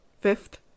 fifth